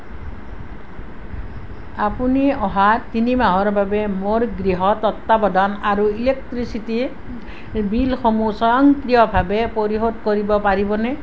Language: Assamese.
আপুনি অহা তিনি মাহৰ বাবে মোৰ গৃহ তত্বাৱধান আৰু ইলেক্ট্ৰিচিটীৰ বিলসমূহ স্বয়ংক্ৰিয়ভাৱে পৰিশোধ কৰিব পাৰিবনে